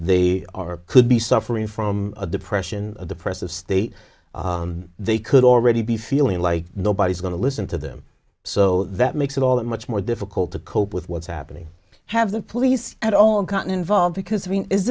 they are could be suffering from a depression a depressive state they could already be feeling like nobody's going to listen to them so that makes it all that much more difficult to cope with what's happening have the police at all gotten involved because i mean is